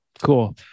Cool